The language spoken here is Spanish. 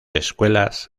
escuelas